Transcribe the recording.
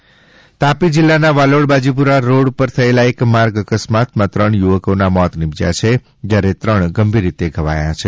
અકસ્માત તાપી તાપી જિલ્લાના વાલોડ બાજીપુરા રોડ થયેલા એક માર્ગ અકસ્માતમાં ત્રણ યુવકોના મોત નિપજ્યાં છે જ્યારે ત્રણ ગંભીર રીતે ધવાયા છે